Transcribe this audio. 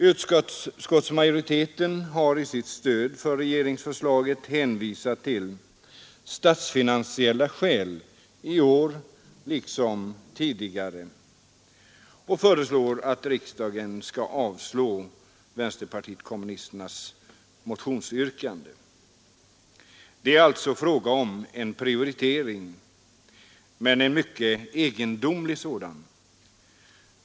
Utskottsmajoriteten har — i år liksom tidigare — i sitt stöd för regeringsförslaget hänvisat till statsfinansiella skäl och föreslår att riksdagen skall avslå vänsterpartiet kommunisternas motionsyrkande. Det är alltså frågan om en prioritering — men en mycket egendomlig sådan.